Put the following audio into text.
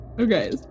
Okay